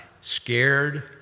scared